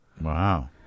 Wow